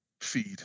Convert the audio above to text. feed